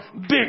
Big